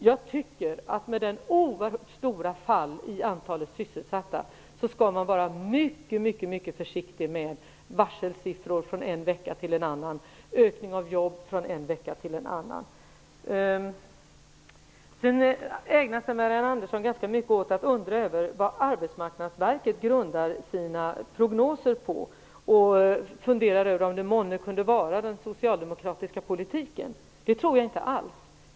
Jag tycker att man med tanke på denna oerhört stora minskning i antalet sysselsatta skall vara mycket försiktig med att anföra varselsiffror från en vecka till en annan och uppgifter om ökning av antalet jobb från en vecka till annan. Sedan ägnade sig Marianne Andersson ganska mycket åt att undra över vad Arbetsmarknadsverket grundar sina prognoser på och funderar över om det månne kunde vara den socialdemokratiska politiken. Det tror jag inte alls.